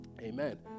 amen